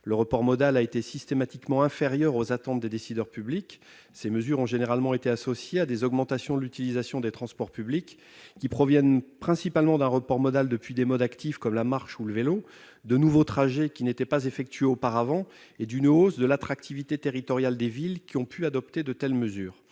Le report modal a été systématiquement inférieur aux attentes des décideurs publics. En général, cette mesure a été associée à une augmentation de l'utilisation des transports publics provenant principalement d'un report modal depuis des modes actifs, comme la marche ou le vélo, de nouveaux trajets qui n'étaient pas effectués auparavant et d'une hausse de l'attractivité territoriale des villes concernées. Nous